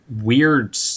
weird